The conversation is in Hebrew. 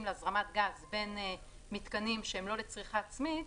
להזרמת גז בין מתקנים שהם לא לצריכה עצמית